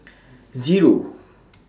Zero